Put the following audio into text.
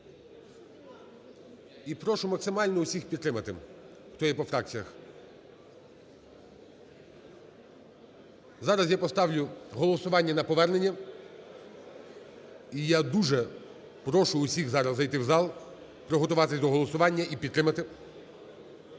І прошу максимально усіх підтримати, хто є по фракціях. Зараз я поставлю голосування на повернення, і я дуже прошу усіх зараз зайти в зал, приготуватися до голосування і підтримати.